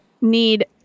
need